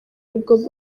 nibwo